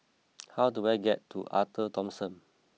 how do I get to Arte Thomson